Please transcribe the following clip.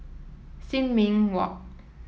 Sin Ming Walk